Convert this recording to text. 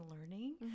learning